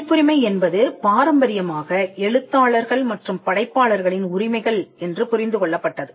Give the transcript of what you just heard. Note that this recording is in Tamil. பதிப்புரிமை என்பது பாரம்பரியமாக எழுத்தாளர்கள் மற்றும் படைப்பாளர்களின் உரிமைகள் என்று புரிந்து கொள்ளப்பட்டது